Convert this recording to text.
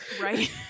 right